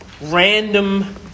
random